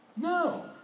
no